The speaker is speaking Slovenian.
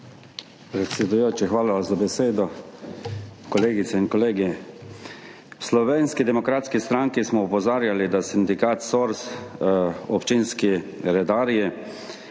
hvala za besedo. Kolegice in kolegi! V Slovenski demokratski stranki smo opozarjali, da sindikat SORS, občinski redarji